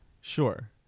Sure